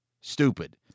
stupid